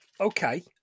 okay